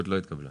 נמוך